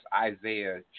Isaiah